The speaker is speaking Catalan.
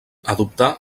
adoptà